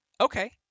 okay